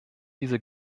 diese